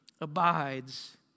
abides